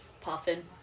Puffin